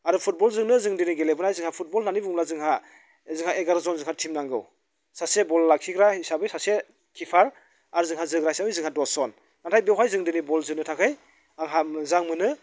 आरो फुटबलजोंनो जों दिनै गेलेबोनाय जोंहा फुटबल होननानै बुङोब्ला जोंहा जोंहा एगार' जन जाहा टिम नांगौ सासे बल लाखिग्रा हिसाबै सासे किपार आरो जोंहा जोग्रा हिसाबै जोंहा दस जन नाथाय बेवहाय जों दिनै बल जोनो थाखाय आंहा मोजां मोनो